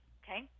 okay